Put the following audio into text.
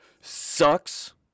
sucks